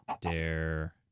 dare